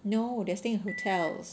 no they are staying in hotels